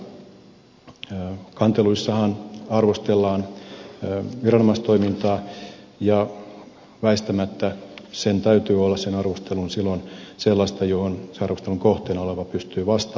kanteluissahan arvostellaan viranomaistoimintaa ja väistämättä sen arvostelun täytyy olla silloin sellaista että arvostelun kohteena oleva pystyy siihen vastaamaan